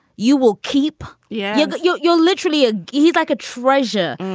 you will keep. yeah yeah you'll you'll literally a. he's like a treasure.